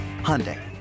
Hyundai